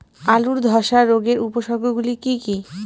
আলুর ধ্বসা রোগের উপসর্গগুলি কি কি?